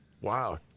Wow